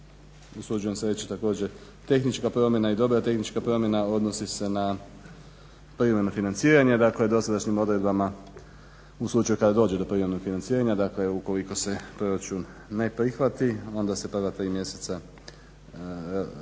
usuđujem se reći također tehnička promjena i dobra tehnička promjena odnosi se na privremenog financiranja, dakle dosadašnjim odredbama u slučaju kada dođe do privremenog financiranja, dakle ukoliko se proračun ne prihvati onda se prva tri mjeseca rashodi